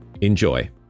Enjoy